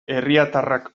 herriatarrak